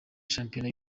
shampiona